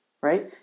right